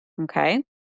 Okay